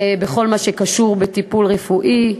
בכל מה שקשור בטיפול רפואי.